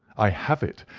i have it!